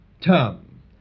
term